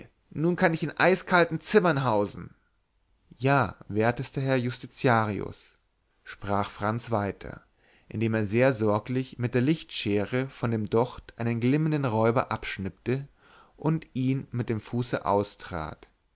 nun kann ich in eiskalten zimmern hausen ja wertester herr justitiarius sprach franz weiter indem er sehr sorglich mit der lichtschere von dem docht einen glimmenden räuber abschnippte und ihn mit dem fuße austrat